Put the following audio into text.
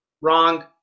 wrong